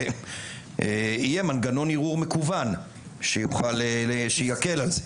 ושיהיה מנגנון ערעור מקוון שיקל על זה.